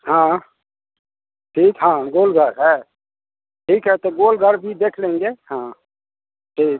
हाँ ठीक हाँ गोलघर है ठीक है तो गोलघर भी देख लेंगे हाँ ठीक